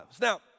Now